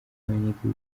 abanyagihugu